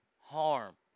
harm